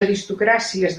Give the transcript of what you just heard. aristocràcies